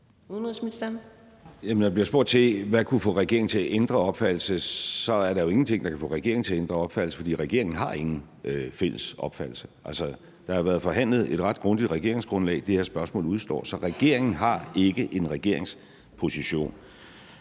når der bliver spurgt til, hvad der kunne få regeringen til at ændre opfattelse, må jeg svare, at der er ingenting, der kan få regeringen til at ændre opfattelse, for regeringen har ingen fælles opfattelse. Altså, der har været forhandlet et ret grundigt regeringsgrundlag, det her spørgsmål udestår, så regeringen har ikke en regeringsposition